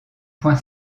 point